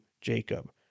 Jacob